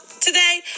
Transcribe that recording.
today